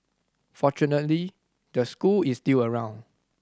fortunately the school is still around